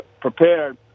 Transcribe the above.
prepared